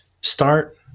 start